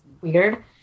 weird